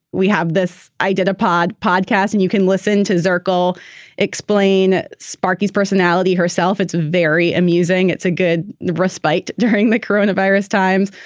we have this. i did a pod podcast and you can listen to zirkle explain sparky's personality herself. it's very amusing. it's a good respite during the corona virus times.